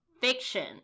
fiction